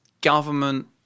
government